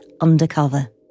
undercover